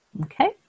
Okay